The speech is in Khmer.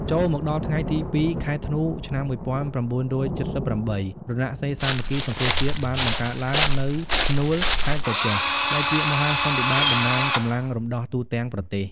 ចូលមកដល់នៅថ្ងៃទី ២ ខែធ្នូ ឆ្នាំ១៩៧៨ រណសិរ្សសាមគ្គីសង្គ្រោះជាតិបានបង្កើតឡើងនៅ ស្នួល ខេត្ត ក្រចេះ ដែលជាមហាសន្និបាត តំណាងកម្លាំងរំដោះទូទាំងប្រទេស ។